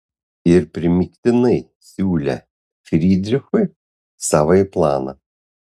ir primygtinai siūlė frydrichui savąjį planą